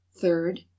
third